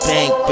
Bank